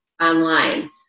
online